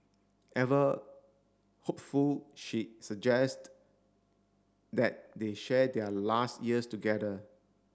ever hopeful she suggest that they share their last years together